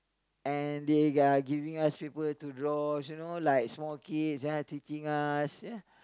and they are giving us street work to draw you know like small kids they are teaching us ya